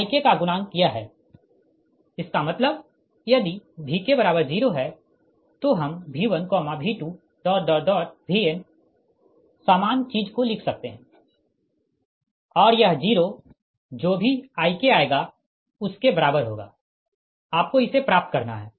और Ik का गुणांक यह है इसका मतलब यदि Vk 0 है तो हम V1 V2Vn सामान चीज को लिख सकते है और यह 0 जो भी Ik आएगा उसके बराबर होगा आपको इसे प्राप्त करना है